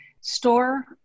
store